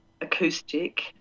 acoustic